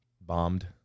bombed